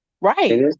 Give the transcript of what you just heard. right